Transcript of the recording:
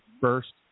first